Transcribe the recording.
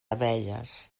abelles